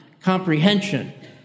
comprehension